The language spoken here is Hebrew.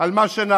על מה שנעשה.